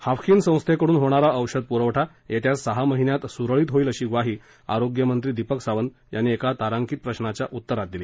Haffkine संस्थेकडून होणारा औषध पुरवठा येत्या सहा महिन्यात सुरळीत होईल अशी ग्वाही आरोग्यमंत्री दीपक सावंत यांनी एका तारांकित प्रश्नाच्या उत्तरात दिली